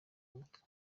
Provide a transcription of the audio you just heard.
umutwe